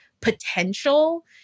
potential